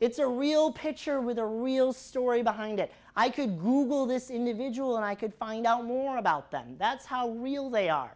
it's a real picture with a real story behind it i could google this individual and i could find out more about that and that's how real they are